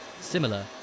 Similar